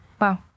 Wow